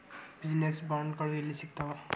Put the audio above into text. Business ಬಾಂಡ್ಗಳು ಯೆಲ್ಲಿ ಸಿಗ್ತಾವ?